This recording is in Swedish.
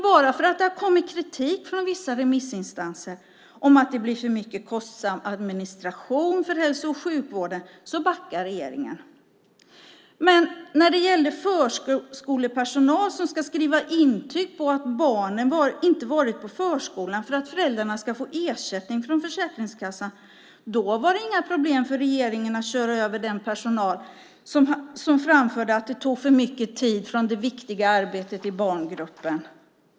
Bara för att det har kommit kritik från vissa remissinstanser om att det blir för mycket kostsam administration för hälso och sjukvården backar regeringen. När det gällde förskolepersonal som ska skriva intyg på att barnen inte har varit på förskolan för att föräldrarna ska få ersättning från Försäkringskassan var det inget problem för regeringen att köra över den personal som framförde att det tog för mycket tid från det viktiga arbetet i barngruppen.